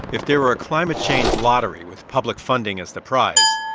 if there were a climate change lottery with public funding as the prize,